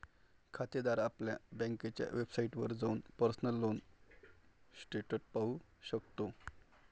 खातेदार आपल्या बँकेच्या वेबसाइटवर जाऊन पर्सनल लोन स्टेटस पाहू शकतो